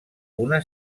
una